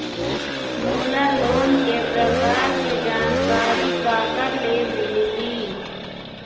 मोला लोन के प्रकार के जानकारी काकर ले मिल ही?